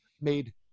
made